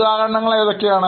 ഉദാഹരണങ്ങൾ ഏതൊക്കെയാണ്